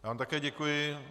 Já vám také děkuji.